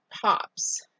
pops